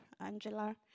Angela